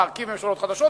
להרכיב ממשלות חדשות,